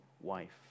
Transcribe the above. wife